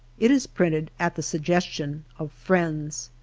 it is printed at the su-i estion of friends.